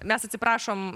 mes atsiprašom